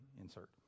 insert